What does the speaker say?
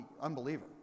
unbeliever